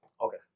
Okay